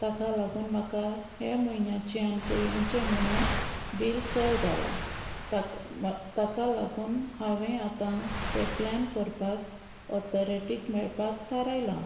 ताका लागून म्हाका हे म्हयन्याचे आनी पयलींचे म्हणून बील चड जाला ताका लागून हांवें आतां ते प्लॅन करपाक ऑथोरेटीक मेळपाक थारायलां